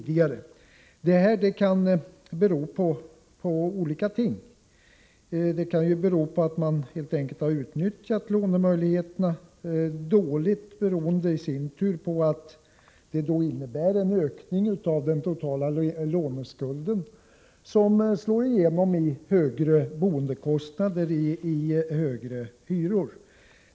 Det kan bero på olika förhållanden. Det kan bero på att man helt enkelt har utnyttjat lånemöjligheterna dåligt, i sin tur beroende på att det innebär en ökning av den totala låneskulden, vilket slår igenom i högre boendekostnader och högre hyror.